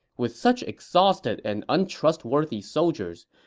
with such exhausted and untrustworthy soldiers,